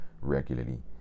regularly